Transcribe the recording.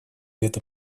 лет